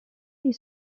ils